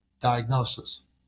diagnosis